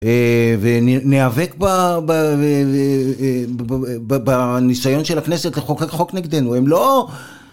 ונאבק בניסיון של הכנסת לחוקק חוק נגדנו, הם לא...